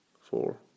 four